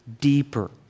deeper